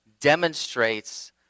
demonstrates